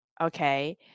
Okay